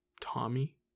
Tommy